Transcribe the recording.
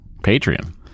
Patreon